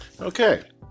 Okay